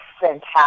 fantastic